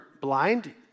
blind